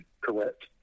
correct